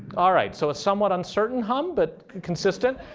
all right, so a somewhat uncertain hum but consistent.